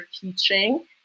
teaching